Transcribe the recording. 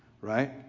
right